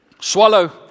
swallow